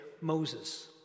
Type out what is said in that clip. Moses